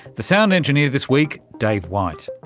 the sound engineer this week, dave white.